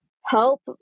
help